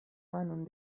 manon